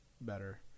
better